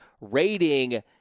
rating